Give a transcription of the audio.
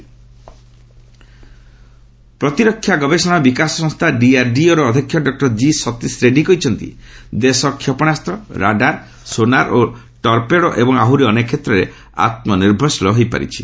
DRDO ଡେ ପ୍ରତିରକ୍ଷା ଗବେଷଣା ଓ ବିକାଶ ସଂସ୍ଥା ଡିଆର୍ଡିଓ ଅଧ୍ୟକ୍ଷ ଡକ୍ଟର ଜି ସତୀଶ ରେଡ୍ରୀ କହିଛନ୍ତି ଦେଶ କ୍ଷେପଶାସ୍ତ ରାଡାର୍ ସୋନାର ଓ ଟର୍ପେଡୋ ଏବଂ ଆହୁରି ଆନେକ କ୍ଷେତ୍ରରେ ଆତ୍କନିର୍ଭରଶୀଳ ହୋଇପାରିଛି